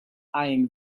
eyeing